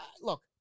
look